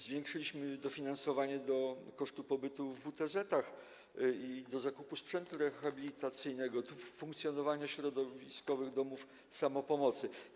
Zwiększyliśmy dofinansowanie do kosztów pobytu w WTZ-ach i do zakupu sprzętu rehabilitacyjnego, do funkcjonowania środowiskowych domów samopomocy.